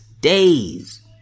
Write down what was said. days